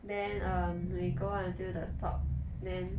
then um we go until the top then